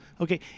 Okay